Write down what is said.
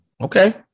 okay